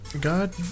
God